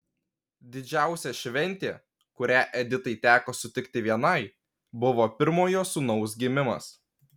didžiausia šventė kurią editai teko sutikti vienai buvo pirmojo sūnaus gimimas